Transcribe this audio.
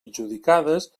adjudicades